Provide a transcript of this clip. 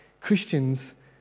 Christians